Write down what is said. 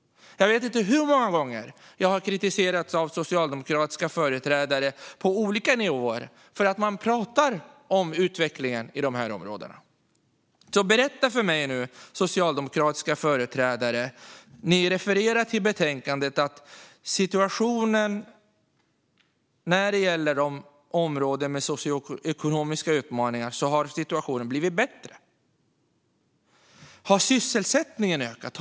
Jag vet inte hur många gånger jag har kritiserats av socialdemokratiska företrädare på olika nivåer för att jag pratar om utvecklingen i de här områdena. Ni socialdemokratiska företrädare refererar till betänkandet och till att situationen när det gäller områden med socioekonomiska utmaningar har blivit bättre. Berätta nu för mig: Har sysselsättningen ökat?